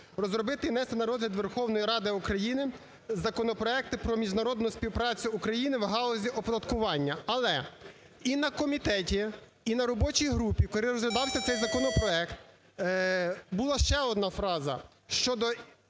розробити і внести на розгляд Верховної Ради України законопроекти про міжнародну співпрацю України в галузі оподаткування. Але і на комітеті, і на робочій групі, коли розглядався цей законопроект, була ще одна фраза щодо